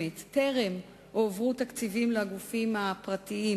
טרם הועברו תקציבים לגופים הפרטיים